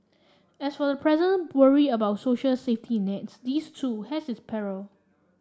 as for the present worry about social safety nets this too has its parallel